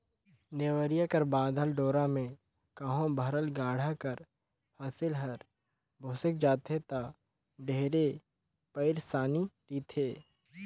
नेवरिया कर बाधल डोरा मे कहो भरल गाड़ा कर फसिल हर भोसेक जाथे ता ढेरे पइरसानी रिथे